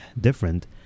different